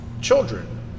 children